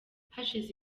hashize